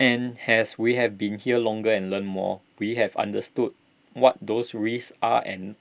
and as we have been here longer and learnt more we have understood what those risks are and